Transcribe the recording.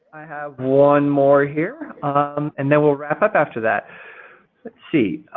i have one more here and then we'll wrap up after that. let's see.